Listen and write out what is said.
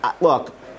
look